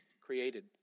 created